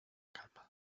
calma